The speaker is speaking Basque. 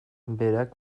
berak